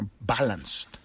balanced